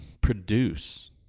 produce